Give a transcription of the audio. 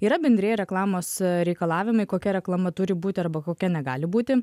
yra bendrieji reklamos reikalavimai kokia reklama turi būti arba kokia negali būti